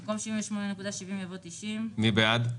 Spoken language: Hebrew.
במקום 67.89 יבוא 75. מי בעד?